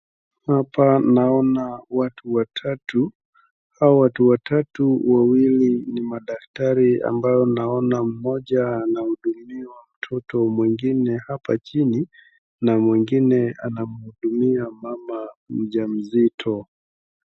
Hapa naona watu watatu. Hawa watu watatu wawili ni madaktari ambao naona mmoja anahudumia mtoto mwingine hapa chini na mwingine anahudumiwa mama mjamzito